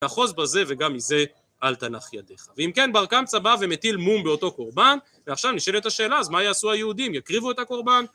אחוז בזה וגם מזה אל תנח ידיך. ואם כן בר קמצא בא ומטיל מום באותו קורבן, ועכשיו נשאל את השאלה, אז מה יעשו היהודים, יקריבו את הקורבן?